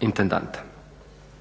intendanta.